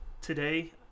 today